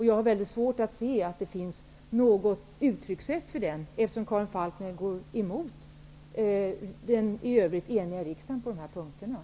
Jag har väldigt svårt att finna något uttryck för den. Karin Falkmer går ju emot en på dessa punkter i övrigt enig riksdag.